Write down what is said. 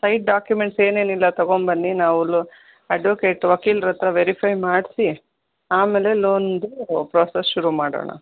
site documents ಏನೇನಿಲ್ಲ ತಗೋಂಬನ್ನಿ ನಾವು ಅಡ್ವಕೇಟ್ ವಕೀಲ್ರಹತ್ರ ವೆರಿಫೈ ಮಾಡಿಸಿ ಆಮೇಲೆ ಲೋನ್ದು ಪ್ರೋಸೆಸ್ ಶುರು ಮಾಡೋಣ